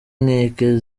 nkeke